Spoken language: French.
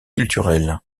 culturelles